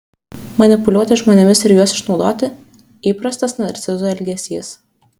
manipuliuoti žmonėmis ir juos išnaudoti įprastas narcizų elgesys